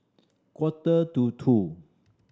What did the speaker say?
quarter to two